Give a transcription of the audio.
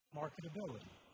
marketability